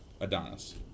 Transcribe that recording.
Adonis